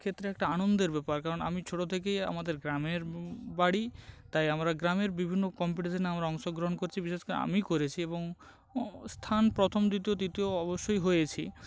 ক্ষেত্রে একটা আনন্দের ব্যাপার কারণ আমি ছোট থেকেই আমাদের গ্রামের বাড়ি তাই আমরা গ্রামের বিভিন্ন কম্পিটিশনে আমরা অংশগ্রহণ করছি বিশেষ করে আমি করে এবং স্থান প্রথম দ্বিতীয় তৃতীয় অবশ্যই হয়েছি